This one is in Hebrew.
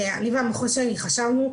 אני והמחוז שלי חשבנו,